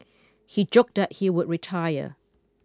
he joked that he would retire